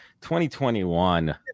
2021